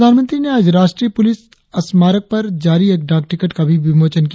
प्रधानमंत्री ने आज राष्ट्रीय पुलिस स्मारक पर जारी एक डाक टिकट का भी विमोचन किया